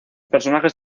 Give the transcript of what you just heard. personajes